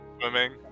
swimming